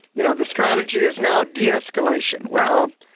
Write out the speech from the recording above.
you know, the strategy is now de-escalation. well,